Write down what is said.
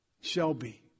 Shelby